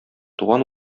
туган